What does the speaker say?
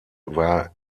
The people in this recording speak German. war